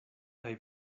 kaj